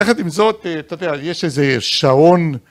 ביחד עם זאת, אתה יודע, יש איזה שעון...